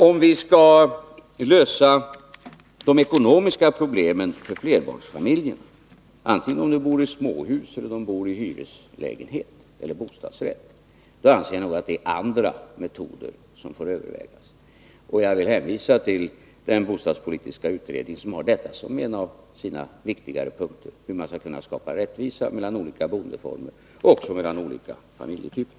Om man skall lösa de ekonomiska problemen för flerbarnsfamiljerna — oavsett om de bor i småhus, hyreslägenheter eller bostadsrätter — anser jag att det är andra metoder som får övervägas. Jag vill hänvisa till den bostadspolitiska utredningen, som har som en av sina viktigare punkter att undersöka hur man skall kunna skapa rättvisa mellan olika boendeformer och även olika familjetyper.